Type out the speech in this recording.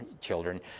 children